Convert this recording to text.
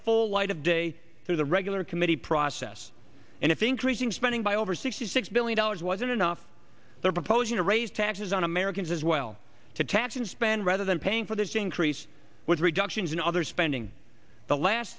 full light of day through the regular committee process and if increasing spending by over sixty six billion dollars wasn't enough they're proposing to raise taxes on americans as well to tax and spend rather than paying for this increase with reductions in other spending the last